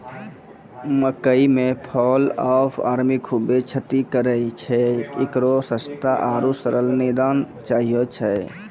मकई मे fall of army खूबे क्षति करेय छैय, इकरो सस्ता आरु सरल निदान चाहियो छैय?